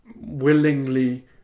willingly